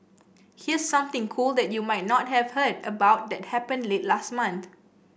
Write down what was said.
here's something cool that you might not have heard about that happened late last month